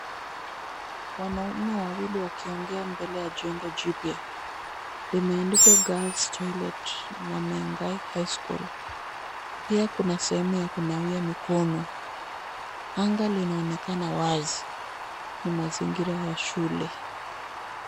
Wanaume wawili wakiongea mbele ya jengo jipya. Limeandikwa girls toilet na Mengai High School . Pia kuna sehemu ya kunawia mikono. Anga linaonekana wazi. Ni mazingira ya shule.